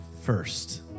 first